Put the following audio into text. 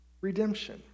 redemption